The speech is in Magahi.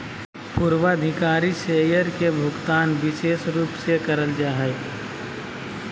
पूर्वाधिकारी शेयर के भुगतान विशेष रूप से करल जा हय